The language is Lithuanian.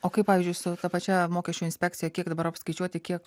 o kaip pavyzdžiui su ta pačia mokesčių inspekcija kiek dabar apskaičiuoti kiek